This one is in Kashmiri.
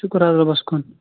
شُکُر حظ رۅبَس کُن